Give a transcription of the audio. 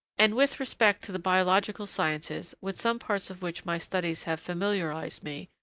and, with respect to the biological sciences, with some parts of which my studies have familiarised me,